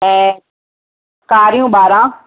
ऐं कारियूं ॿारहं